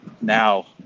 now